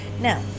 Now